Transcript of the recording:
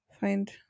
find